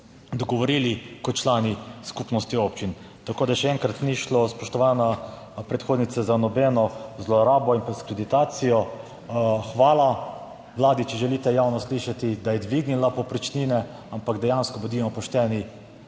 dogovorili kot člani Skupnosti občin, tako da še enkrat ni šlo spoštovana predhodnica za nobeno zlorabo in diskreditacijo. Hvala Vladi, če želite javno slišati, da je dvignila povprečnine, ampak dejansko bodimo pošteni,